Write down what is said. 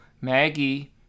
maggie